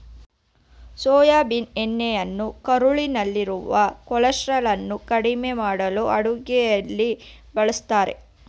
soybean ಎಣ್ಣೆಯನ್ನು ಕರುಳಿನಲ್ಲಿರುವ ಕೊಲೆಸ್ಟ್ರಾಲನ್ನು ಕಡಿಮೆ ಮಾಡಲು ಅಡುಗೆಯಲ್ಲಿ ಬಳ್ಸತ್ತರೆ